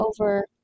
over –